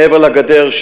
מעבר לגדר,